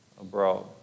abroad